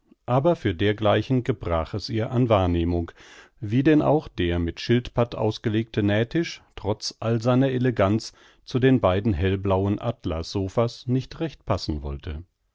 aber für dergleichen gebrach es ihr an wahrnehmung wie denn auch der mit schildpatt ausgelegte nähtisch trotz all seiner eleganz zu den beiden hellblauen atlas sophas nicht recht passen wollte